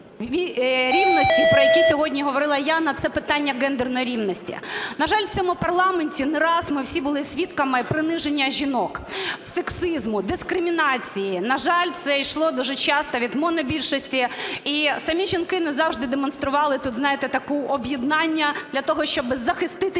рівності, про які сьогодні говорила Яна, це питання гендерної рівності. На жаль, в цьому парламенті не раз ми всі були свідками приниження жінок, сексизму, дискримінації. На жаль, це ішло дуже часто від монобільшості і самі жінки не завжди демонстрували тут, знаєте, таке об'єднання для того, щоби захиститися